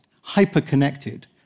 hyper-connected